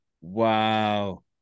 Wow